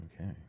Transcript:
Okay